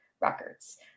records